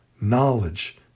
knowledge